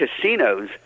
casinos